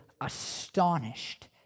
astonished